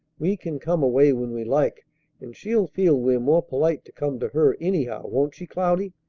we can come away when we like and she'll feel we're more polite to come to her, anyhow, won't she, cloudy?